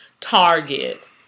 Target